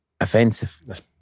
offensive